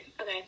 okay